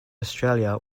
australia